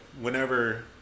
whenever –